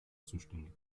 zuständig